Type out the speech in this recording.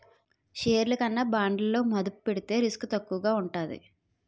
షేర్లు కన్నా బాండ్లలో మదుపు పెడితే రిస్క్ తక్కువగా ఉంటాది